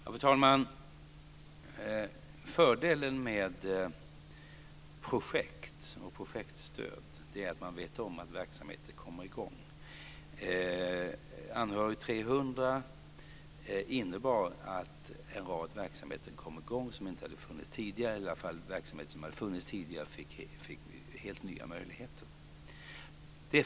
Fru talman! Fördelen med projekt och projektstöd är att man vet om att verksamheter kommer i gång. Anhörig 300 innebar att en rad verksamheter kom i gång som inte hade funnits tidigare eller att verksamheter som hade funnits tidigare fick helt nya möjligheter.